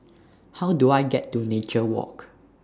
How Do I get to Nature Walk